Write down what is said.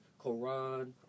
Quran